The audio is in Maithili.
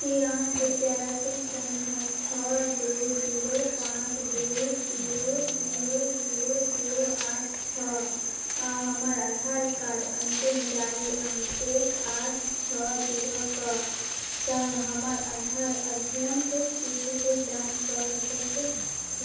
कि अहाँ कृपया राशि सँख्या छओ दुइ जीरो पाँच दुइ जीरो जीरो जीरो जीरो आठ छओ आओर हमर आधार कार्ड अन्तिम चारि अङ्क एक आठ छओ जीरोके सङ्ग हमर आधार अद्यतन इस्थितिके जाँच कऽ सकै छी